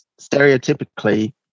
stereotypically